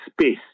space